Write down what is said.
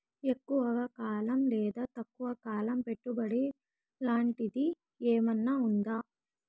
ఎక్కువగా కాలం లేదా తక్కువ కాలం పెట్టుబడి లాంటిది ఏమన్నా ఉందా